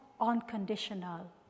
unconditional